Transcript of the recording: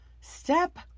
Step